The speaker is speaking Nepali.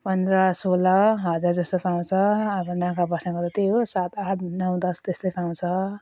पन्ध्र सोह्र हजार जस्तो पाउँछ अब नागा बस्नेले त त्यही हो सात आठ नौ दस त्यसले पाउँछ